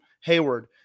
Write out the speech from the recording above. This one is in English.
hayward